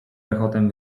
rechotem